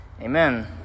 amen